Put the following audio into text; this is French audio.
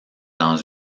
dans